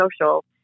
social